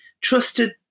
trusted